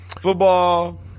Football